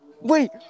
Wait